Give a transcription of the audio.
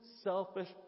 selfish